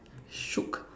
shook